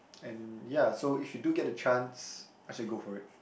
and ya so if you do get the chance I shall go for it